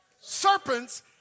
serpents